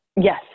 Yes